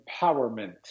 empowerment